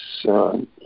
Son